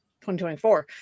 2024